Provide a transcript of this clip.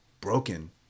broken